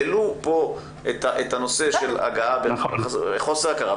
העלו פה את הנושא של הגעה בחוסר הכרה,